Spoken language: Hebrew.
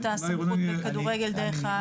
ההסמכה בכדורגל דרך ההתאחדות הבין-לאומית.